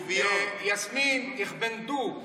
יסמין, יסמין, (אומר ביידיש: